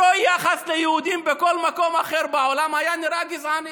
אותו יחס ליהודים בכל מקום אחר בעולם היה נראה גזעני,